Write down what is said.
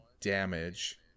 damage